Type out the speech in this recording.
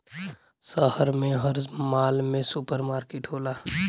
शहर में हर माल में सुपर मार्किट होला